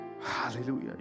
hallelujah